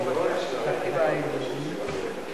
אני